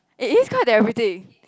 it is quite therapeutic